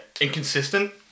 inconsistent